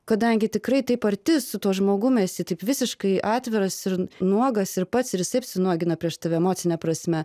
kadangi tikrai taip arti su tuo žmogum esi taip visiškai atviras ir nuogas ir pats ir jisai apsinuogina prieš tave emocine prasme